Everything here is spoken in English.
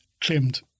claimed